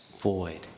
void